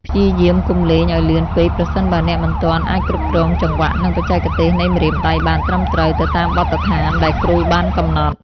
ព្យាយាមកុំលេងឱ្យលឿនពេកប្រសិនបើអ្នកមិនទាន់អាចគ្រប់គ្រងចង្វាក់ និងបច្ចេកទេសនៃម្រាមដៃបានត្រឹមត្រូវទៅតាមបទដ្ឋានដែលគ្រូបានកំណត់។